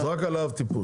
אז רק על האב טיפוס?